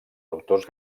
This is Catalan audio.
autors